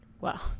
Wow